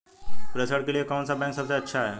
प्रेषण के लिए कौन सा बैंक सबसे अच्छा है?